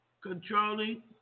controlling